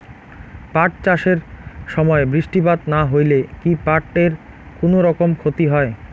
পাট চাষ এর সময় বৃষ্টিপাত না হইলে কি পাট এর কুনোরকম ক্ষতি হয়?